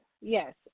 Yes